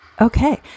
Okay